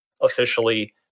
officially